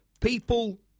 people